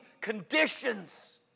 conditions